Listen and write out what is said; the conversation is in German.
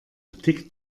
tickt